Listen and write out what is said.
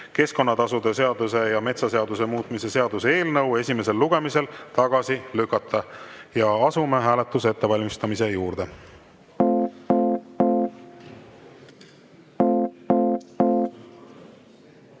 keskkonnatasude seaduse ja metsaseaduse muutmise seaduse eelnõu esimesel lugemisel tagasi lükata. Asume hääletuse ettevalmistamise juurde. Head